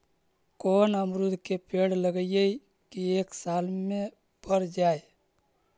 कोन अमरुद के पेड़ लगइयै कि एक साल में पर जाएं?